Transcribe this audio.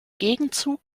gegenzug